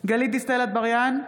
גלית דיסטל אטבריאן,